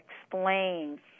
explain